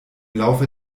laufe